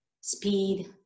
speed